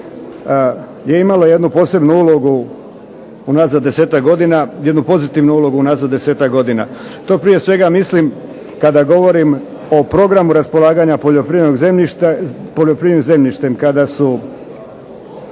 je imalo jednu posebnu ulogu unazad desetak godina, jednu pozitivnu ulogu unazad desetak godina. To prije svega mislim kada govorim o programu raspolaganja poljoprivrednim zemljištem kada su,